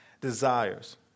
desires